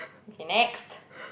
okay next